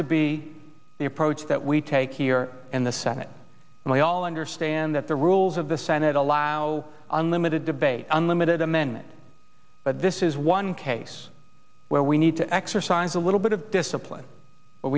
to be the approach that we take here in the senate and we all understand that the rules of the senate allow unlimited debate unlimited amendment but this is one case where we need to exercise a little bit of discipline